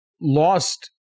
lost